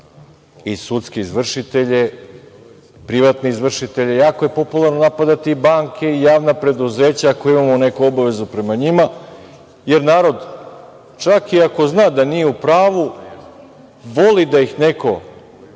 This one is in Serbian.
i sudske izvršitelje, privatne izvršitelje, jako je popularno napadati banke, javna preduzeća ako imamo neku obavezu prema njima, jer narod čak i ako zna da nije u pravu, voli da ih neko